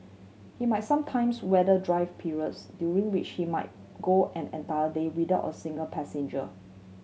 he must sometimes weather dry periods during which he might go an entire day without a single passenger